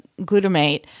glutamate